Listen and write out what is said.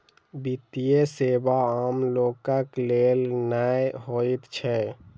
वित्तीय सेवा आम लोकक लेल नै होइत छै